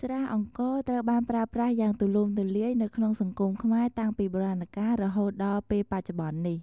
ស្រាអង្ករត្រូវបានប្រើប្រាស់យ៉ាងទូលំទូលាយនៅក្នុងសង្គមខ្មែរតាំងពីបុរាណរកាលរហូតមកដល់ពេលបច្ចុប្បន្ននេះ។